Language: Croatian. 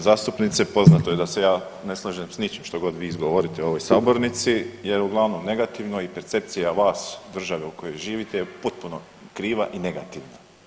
Uvažena zastupnice, poznato je da se ja ne slažem s ničim što god vi izgovorite u ovoj sabornici jer je uglavnom negativno i percepcija vas države u kojoj živite je potpuno kriva i negativna.